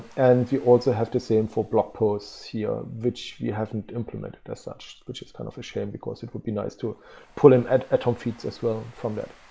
and if you also have the same for blog post here, which we haven't implemented as such, which is kind of a shame because it would be nice to pull in at at home feeds as well from that.